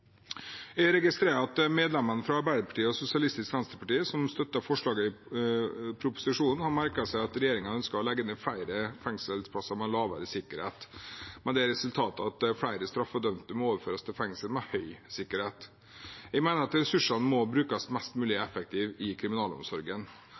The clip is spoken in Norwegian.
Jeg registrerer at medlemmene fra Arbeiderpartiet og Sosialistisk Venstreparti, som støtter forslaget i proposisjonen, har merket seg at regjeringen ønsker å legge ned flere fengselsplasser med lavere sikkerhet med det resultatet at flere straffedømte må overføres til fengsel med høy sikkerhet. Jeg mener at ressursene må brukes mest mulig